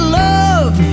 love